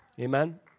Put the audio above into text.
Amen